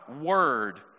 word